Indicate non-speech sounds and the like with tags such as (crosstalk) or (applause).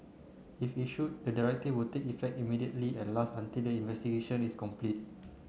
if issued the directive will take effect immediately and last (unintelligible) the investigation is complete